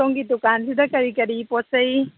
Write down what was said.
ꯁꯣꯝꯒꯤ ꯗꯨꯀꯥꯟꯁꯤꯗ ꯀꯔꯤ ꯀꯔꯤ ꯄꯣꯠ ꯆꯩ